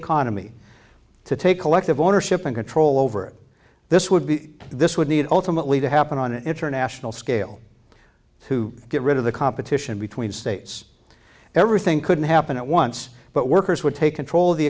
economy to take collective ownership and control over it this would be this would need ultimately to happen on an international scale to get rid of the competition between states everything couldn't happen at once but workers would take control of the